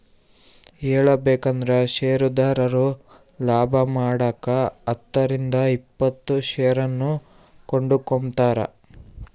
ಹೇಳಬೇಕಂದ್ರ ಷೇರುದಾರರು ಲಾಭಮಾಡಕ ಹತ್ತರಿಂದ ಇಪ್ಪತ್ತು ಷೇರನ್ನು ಕೊಂಡುಕೊಂಬ್ತಾರ